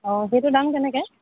অঁ সেইটো দাম কেনেকে